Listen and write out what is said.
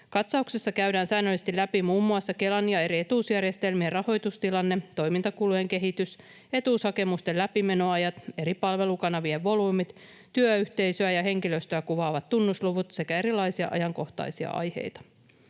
Katsauksessa käydään säännöllisesti läpi muun muassa Kelan ja eri etuusjärjestelmien rahoitustilanne, toimintakulujen kehitys, etuushakemusten läpimenoajat, eri palvelukanavien volyymit, työyhteisöä ja henkilöstöä kuvaavat tunnusluvut sekä erilaisia ajankohtaisia aiheita.